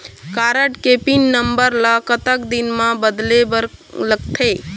Card के pin number ला कतक दिन म बदले बर लगथे?